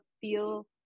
feel